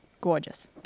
Gorgeous